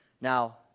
Now